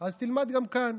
אז תלמד גם כאן.